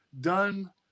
done